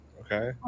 Okay